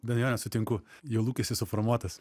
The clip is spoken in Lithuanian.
deja nesutinku jo lūkestis suformuotas